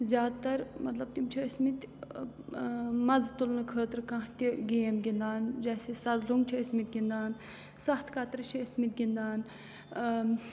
زیادٕ تَر مطلب تِم چھِ ٲسۍ مٕتۍ مَزٕ تُلنہٕ خٲطرٕ کانٛہہ تہِ گیم گِنٛدان جیسے سَزلونٛگ چھِ ٲسۍ مٕتۍ گِنٛدان سَتھ کترٕ چھِ ٲسۍ مٕتۍ گِنٛدان